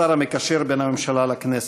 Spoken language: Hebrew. השר המקשר בין הממשלה לכנסת.